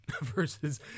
versus